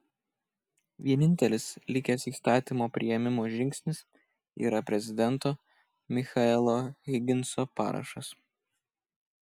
vienintelis likęs įstatymo priėmimo žingsnis yra prezidento michaelo higginso parašas